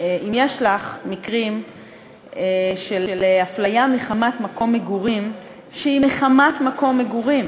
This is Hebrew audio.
אם יש לך מקרים של הפליה מחמת מקום מגורים שהיא מחמת מקום מגורים,